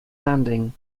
landing